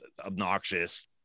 obnoxious